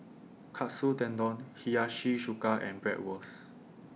Katsu Tendon Hiyashi Chuka and Bratwurst